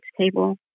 table